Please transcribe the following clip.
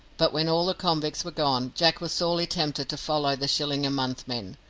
but when all the convicts were gone, jack was sorely tempted to follow the shilling-a-month men.